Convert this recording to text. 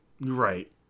Right